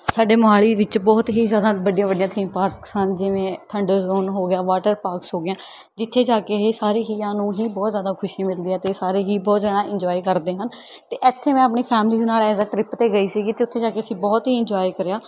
ਸਾਡੇ ਮੋਹਾਲੀ ਵਿੱਚ ਬਹੁਤ ਹੀ ਜ਼ਿਆਦਾ ਵੱਡੀਆਂ ਵੱਡੀਆਂ ਥੀਮ ਪਾਰਕਸ ਹਨ ਜਿਵੇਂ ਥੰਡਰ ਜ਼ੌਨ ਹੋ ਗਿਆ ਵਾਟਰ ਪਾਰਕਸ ਹੋ ਗਈਆਂ ਜਿੱਥੇ ਜਾ ਕੇ ਇਹ ਸਾਰੇ ਜੀਆਂ ਨੂੰ ਹੀ ਬਹੁਤ ਜ਼ਿਆਦਾ ਖੁਸ਼ੀ ਮਿਲਦੀ ਹੈ ਅਤੇ ਸਾਰੇ ਹੀ ਬਹੁਤ ਜ਼ਿਆਦਾ ਇੰਨਜੋਏ ਕਰਦੇ ਹਨ ਅਤੇ ਇੱਥੇ ਮੈਂ ਆਪਣੀ ਫੈਮਿਲੀਜ਼ ਨਾਲ਼ ਐਜ ਅ ਟਰਿੱਪ 'ਤੇ ਗਈ ਸੀਗੀ ਅਤੇ ਉੱਥੇ ਜਾ ਕੇ ਅਸੀਂ ਬਹੁਤ ਹੀ ਇੰਨਜੋਏ ਕਰਿਆ